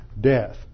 death